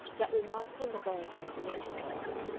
that remarkable laboratory of relationships,